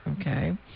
okay